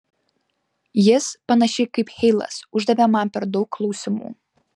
jis panašiai kaip heilas uždavė man per daug klausimų